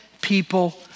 people